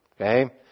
Okay